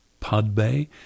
PodBay